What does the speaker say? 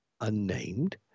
unnamed